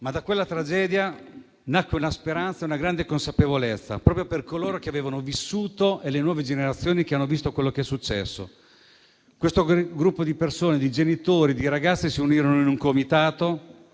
Da quella tragedia nacquero una speranza e una grande consapevolezza, proprio per coloro che avevano vissuto e per le nuove generazioni che hanno visto quanto era accaduto. Quel gruppo di persone, genitori e ragazze, si è unito in un comitato,